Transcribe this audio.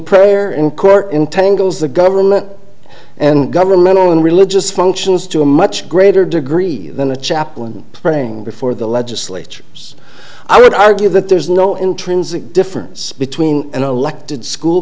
prayer in court entangles the government and governmental and religious functions to a much greater degree than a chaplain praying before the legislatures i would argue that there's no intrinsic difference between an elected school